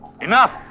Enough